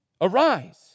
Arise